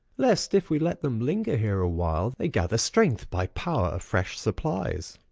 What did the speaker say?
lest, if we let them linger here a while, they gather strength by power of fresh supplies.